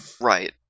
Right